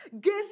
Guess